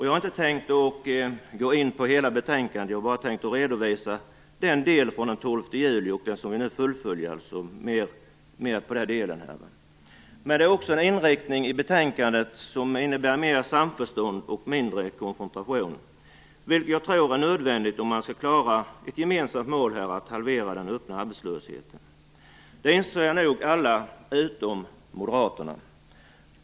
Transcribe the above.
Jag har inte tänkt gå in på hela betänkandet, utan jag tänker bara redovisa den del där vi fullföljer 12 Det finns också en inriktning i betänkandet som innebär mer samförstånd och mindre konfrontation, vilket jag tror är nödvändigt om man skall klara det gemensamma målet att halvera den öppna arbetslösheten. Det inser nog alla - utom Moderaterna.